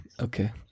Okay